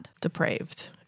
Depraved